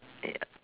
ya